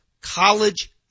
college